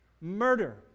Murder